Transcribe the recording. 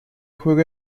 juega